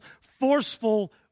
forceful